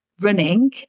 running